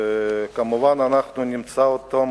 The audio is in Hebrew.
אנחנו נמצא אותם